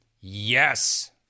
Yes